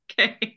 okay